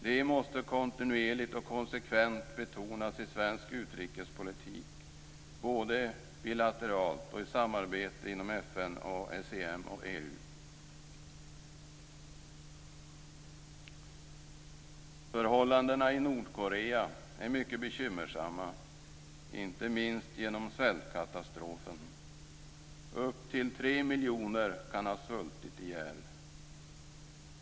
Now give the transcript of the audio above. Detta måste kontinuerligt och konsekvent betonas i svensk utrikespolitik, både bilateralt och i samarbete inom FN, ASEM och EU. Förhållandena i Nordkorea är mycket bekymmersamma, inte minst genom svältkatastrofen. Upp till 3 miljoner kan ha svultit ihjäl.